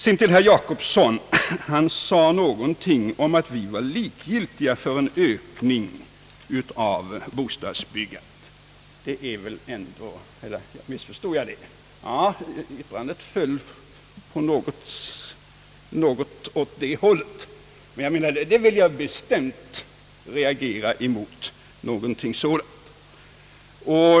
Herr Jacobsson sade vidare något om att vi skulle vara likgiltiga för behovet av en ökning av bostadsbyggandet — eller missförstod jag honom? Yttrandet gick i varje fall i denna riktning. Jag vill bestämt reagera mot ett sådant påstående.